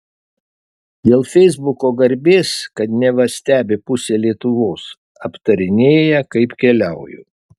dėl feisbuko garbės kad neva stebi pusė lietuvos aptarinėja kaip keliauju